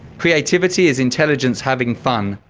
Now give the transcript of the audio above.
creativity is intelligence having fun.